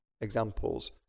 examples